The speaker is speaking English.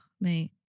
Mate